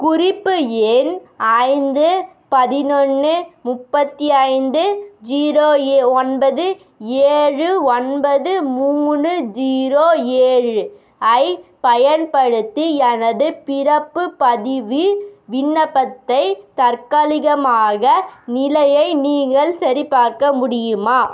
குறிப்பு எண் ஐந்து பதினொன்று முப்பத்தி ஐந்து ஜீரோ ஒன்பது ஏழு ஒன்பது மூணு ஜீரோ ஏழு ஐப் பயன்படுத்தி எனது பிறப்பு பதிவின் விண்ணப்பத்தை தற்காலிகமாக நிலையை நீங்கள் சரிபார்க்க முடியுமா